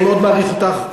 אני מאוד מעריך אותך,